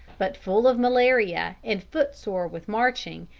but, full of malaria and foot-sore with marching,